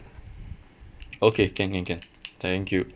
okay can can can thank you